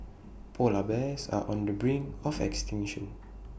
Polar Bears are on the brink of extinction